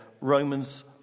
Romans